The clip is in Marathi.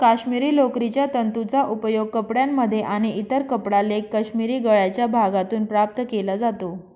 काश्मिरी लोकरीच्या तंतूंचा उपयोग कपड्यांमध्ये आणि इतर कपडा लेख काश्मिरी गळ्याच्या भागातून प्राप्त केला जातो